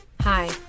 Hi